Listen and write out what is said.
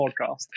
podcast